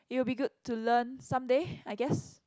it will be good to learn some day I guess